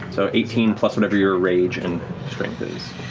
so eighteen plus whatever your rage and strength is.